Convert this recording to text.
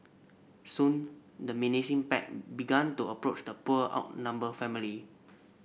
soon the menacing pack began to approach the poor outnumbered family